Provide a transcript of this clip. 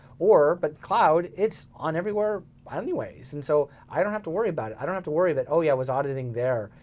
or, but cloud, it's on everywhere, on anyways, and so i don't have to worry about it. i don't have worry that, oh yeah, i was auditing there.